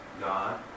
God